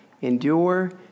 Endure